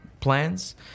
plans